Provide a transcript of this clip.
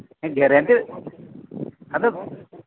guarantee ᱟᱫᱚ